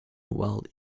while